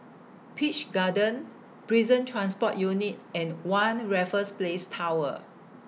Peach Garden Prison Transport Unit and one Raffles Place Tower